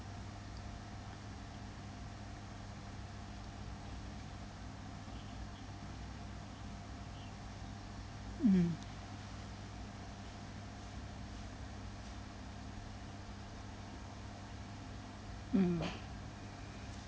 mmhmm mm